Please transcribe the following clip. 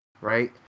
right